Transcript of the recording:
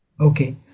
okay